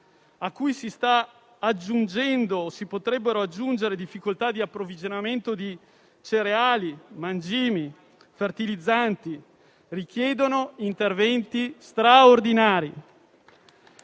o si potrebbero aggiungere difficoltà di approvvigionamento di cereali, mangimi e fertilizzanti richiedono interventi straordinari.